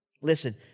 Listen